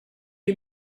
you